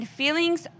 feelings